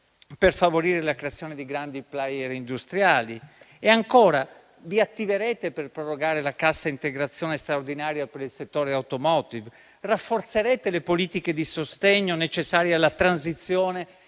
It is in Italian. per favorire la creazione di grandi *player* industriali. Ancora, vi attiverete per prorogare la cassa integrazione straordinaria per il settore *automotive*? Rafforzerete le politiche di sostegno necessarie alla transizione